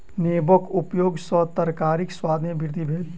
नेबोक उपयग सॅ तरकारीक स्वाद में वृद्धि भेल